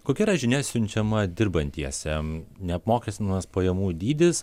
kokia yra žinia siunčiama dirbantiesiem neapmokestinamas pajamų dydis